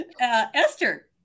Esther